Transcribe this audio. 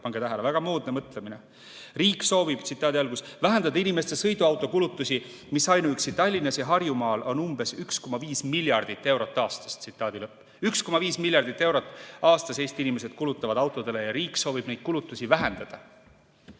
pange tähele, väga moodne mõtlemine. Riik soovib "vähendada inimeste sõiduautokulutusi, mis ainuüksi Tallinnas ja Harjumaal on umbes 1,5 miljardit eurot aastas". 1,5 miljardit eurot aastas kulutavad Eesti inimesed autodele ja riik soovib neid kulutusi vähendada.